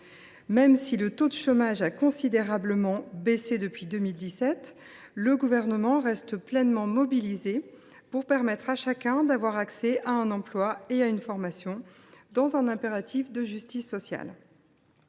Même si le taux de chômage a considérablement baissé depuis 2017, le Gouvernement reste pleinement mobilisé pour permettre à chacun d’avoir accès à un emploi et à une formation dans un impératif de justice sociale.